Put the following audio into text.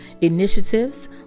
initiatives